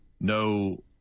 no